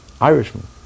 Irishman